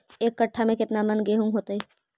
एक कट्ठा में केतना मन गेहूं होतै?